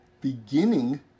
Beginning